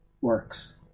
works